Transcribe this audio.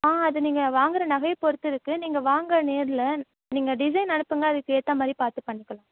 ஆ அது நீங்கள் வாங்கிற நகையைப் பொறுத்து இருக்குது நீங்கள் வாங்க நேரில் நீங்கள் டிசைன் அனுப்புங்க அதுக்கேற்ற மாதிரி பார்த்துப் பண்ணிக்கலாம்